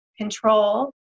control